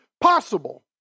possible